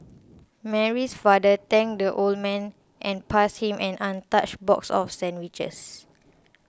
Mary's father thanked the old man and passed him an untouched box of sandwiches